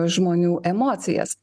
žmonių emocijas